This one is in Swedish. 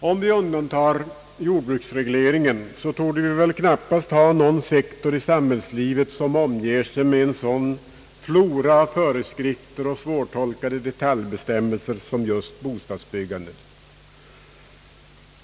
Om vi undantar jordbruksregleringen, torde vi väl knappast ha någon sektor i samhällslivet som omger sig med en sådan flora av föreskrifter och svårtolkade <detaljbestämmelser som just bostadsbyggandet.